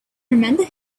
remember